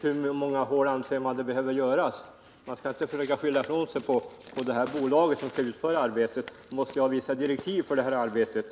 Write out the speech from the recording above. Hur många hål anser man att det behöver borras? Man skall inte skylla ifrån sig på bolaget som skall utföra arbetet. Bolaget måste ju ha vissa direktiv för detta.